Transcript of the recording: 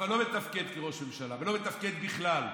אבל הוא לא מתפקד כראש ממשלה ולא מתפקד בכלל.